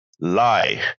lie